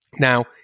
Now